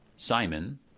Simon